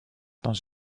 dans